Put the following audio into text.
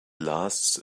lasts